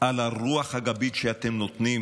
על הרוח הגבית שאתם נותנים